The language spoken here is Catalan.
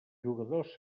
jugadors